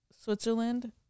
Switzerland